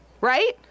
right